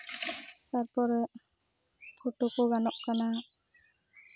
ᱛᱟᱨᱯᱚᱨᱮ ᱯᱷᱳᱴᱳ ᱠᱚ ᱜᱟᱱᱚᱜ ᱠᱟᱱᱟ